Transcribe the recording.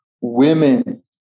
women